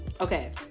Okay